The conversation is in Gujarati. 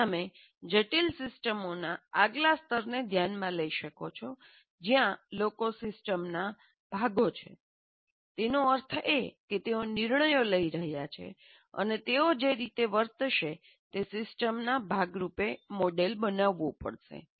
પછી તમે જટિલ સિસ્ટમોના આગલા સ્તરને ધ્યાનમાં લઈ શકો છો જ્યાં લોકો સિસ્ટમના ભાગો છે તેનો અર્થ એ કે તેઓ નિર્ણયો લઈ રહ્યા છે અને તેઓ જે રીતે વર્તશે તે સિસ્ટમના ભાગ રૂપે મોડેલ બનાવવું પડશે